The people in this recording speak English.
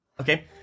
Okay